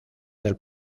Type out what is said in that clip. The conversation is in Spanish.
del